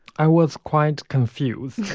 i was quite confused,